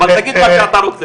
אבל תגיד מה שאתה רוצה.